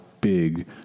big